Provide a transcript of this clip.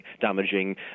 damaging